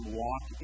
walk